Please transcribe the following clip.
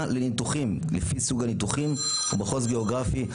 לניתוחים לפי סוג הניתוחים ומחוז גיאוגרפי,